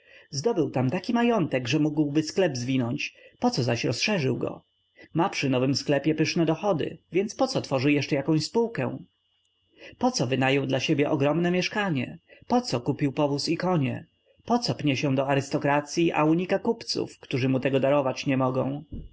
zdobył tam taki majątek że mógłby sklep zwinąć poco zaś rozszerzył go ma przy nowym sklepie pyszne dochody więc poco tworzy jeszcze jakąś spółkę poco wynajął dla siebie ogromne mieszkanie poco kupił powóz i konie poco pnie się do arystokracyi a unika kupców którzy mu tego darować nie mogą